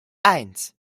eins